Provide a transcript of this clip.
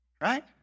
right